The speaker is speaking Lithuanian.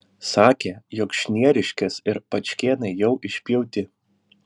sakė jog šnieriškės ir pačkėnai jau išpjauti